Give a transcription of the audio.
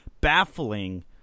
baffling